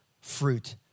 fruit